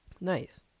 Nice